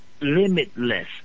limitless